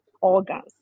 organs